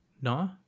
No